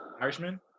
Irishman